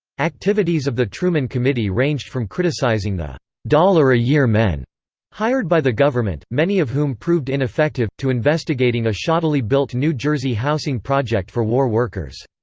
activities of the truman committee ranged from criticizing the dollar-a-year men hired by the government, many of whom proved ineffective, to investigating a shoddily built new jersey housing project for war workers.